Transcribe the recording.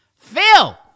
Phil